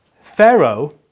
Pharaoh